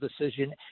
decision